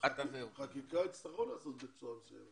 חקיקה יצטרכו לעשות בצורה מסוימת.